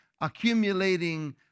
accumulating